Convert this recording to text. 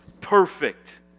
perfect